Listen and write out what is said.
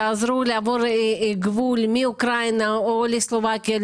תעזרו לעבור גבול מאוקראינה או לסלובקיה,